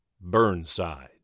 Burnside